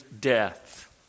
death